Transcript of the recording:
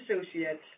associates